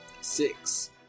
Six